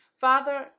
Father